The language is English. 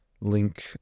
link